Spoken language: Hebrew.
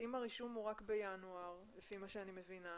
אם הרישום הוא רק בינואר לפי מה שאני מבינה,